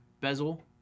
bezel